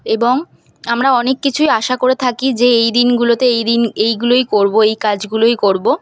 এবং আমরা অনেক কিছুই আশা করে থাকি যে এই দিনগুলোতে এই দিন এইগুলোই করব এই কাজগুলোই করব